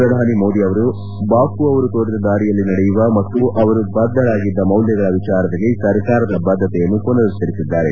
ಪ್ರಧಾನಿ ಮೋದಿ ಅವರು ಬಾಪೂ ಅವರು ತೋರಿದ ದಾರಿಯಲ್ಲಿ ನಡೆಯುವ ಮತ್ತು ಅವರು ಬದ್ದರಾಗಿದ್ದ ಮೌಲ್ಯಗಳ ವಿಚಾರದಲ್ಲಿ ಸರ್ಕಾರದ ಬದ್ದತೆಯನ್ನು ಪುನರುಚ್ಲರಿಸಿದ್ದಾರೆ